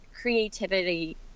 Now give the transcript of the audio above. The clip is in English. creativity